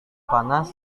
panas